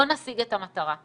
לא נשיג את המטרה.